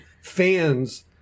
fans